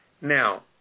now